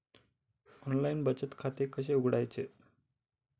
Online बचत खाते कसे उघडायचे?